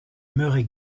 murray